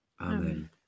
Amen